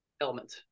element